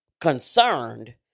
concerned